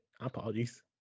Apologies